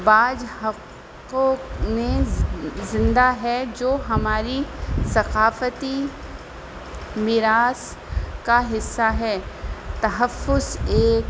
بعض حلقوں میں زندہ ہے جو ہماری ثقافتی میراث کا حصہ ہے تحفظ ایک